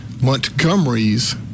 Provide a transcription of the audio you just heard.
Montgomery's